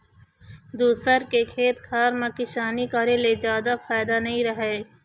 दूसर के खेत खार म किसानी करे ले जादा फायदा नइ रहय